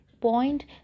point